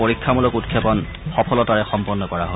পৰীক্ষামূলক উৎক্ষেপণ সফলতাৰে সম্পন্ন কৰা হয়